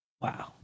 wow